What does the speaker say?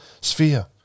sphere